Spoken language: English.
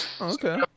Okay